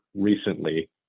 recently